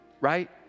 right